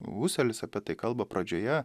huselis apie tai kalba pradžioje